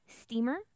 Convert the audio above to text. steamer